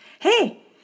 Hey